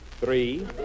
Three